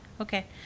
Okay